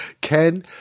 Ken